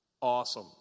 Awesome